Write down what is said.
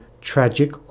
tragic